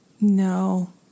No